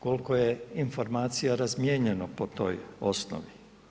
Koliko je informacija razmijenjeno po toj osnovi?